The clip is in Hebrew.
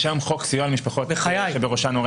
יש היום חוק סיוע למשפחות שבראשן הורה